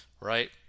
right